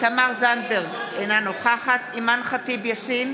תמר זנדברג, אינה נוכחת אימאן ח'טיב יאסין,